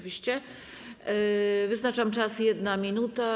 Wyznaczam czas: 1 minuta.